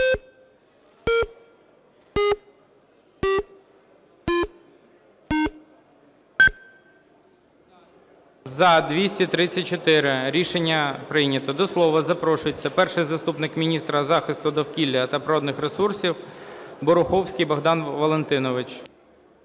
За-234 Рішення прийнято. До слова запрошується перший заступник міністра захисту довкілля та природних ресурсів Боруховський Богдан Валентинович.